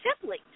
simply